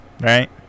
right